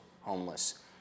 homeless